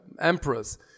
emperors